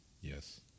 Yes